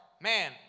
man